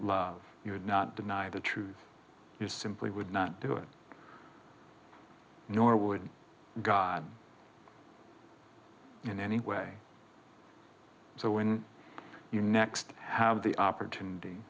love you would not deny the truth you simply would not do it nor would god in any way so when you next have the opportunity